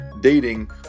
dating